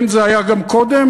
כן, זה היה גם קודם?